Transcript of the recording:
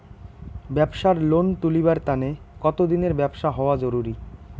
ব্যাবসার লোন তুলিবার তানে কতদিনের ব্যবসা হওয়া জরুরি?